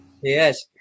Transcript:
Yes